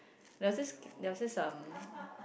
there was this there was this um